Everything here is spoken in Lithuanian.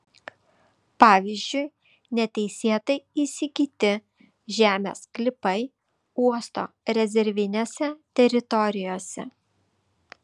pavyzdžiui neteisėtai įsigyti žemės sklypai uosto rezervinėse teritorijose